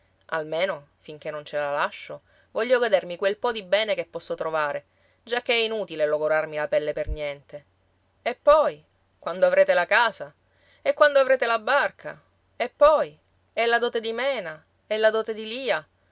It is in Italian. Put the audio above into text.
almeno finché non ce la lascio voglio godermi quel po di bene che posso trovare giacché è inutile logorarmi la pelle per niente e poi quando avrete la casa e quando avrete la barca e poi e la dote di mena e la dote di lia